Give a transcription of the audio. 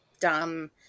dumb